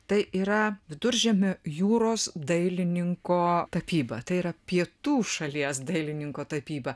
tai yra viduržemio jūros dailininko tapyba tai yra pietų šalies dailininko tapyba